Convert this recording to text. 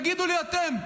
תגידו לי אתם,